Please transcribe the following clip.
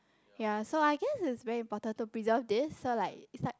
ya so I guess it's very important to preserve this so like it's like